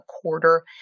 quarter